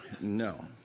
no